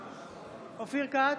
בהצבעה אופיר כץ,